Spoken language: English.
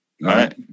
right